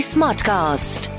Smartcast